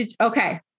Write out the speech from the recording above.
Okay